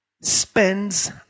spends